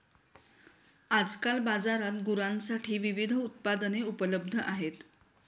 आजकाल बाजारात गुरांसाठी विविध उत्पादने उपलब्ध आहेत